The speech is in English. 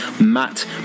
Matt